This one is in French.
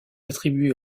attribuée